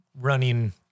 running